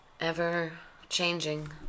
ever-changing